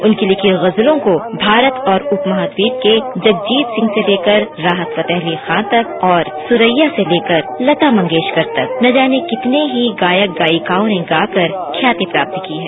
उनकी लिखी गजलों को भारत और उपमहॉद्वीप के जगजीत सिंह से लेकर राहत फतेह अली खां तक और सुरैया से लेकर लता मंगेशकर तक न जाने कितने ही गायक गायिकाओं ने गाकर ख्याति प्राप्त की है